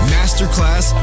Masterclass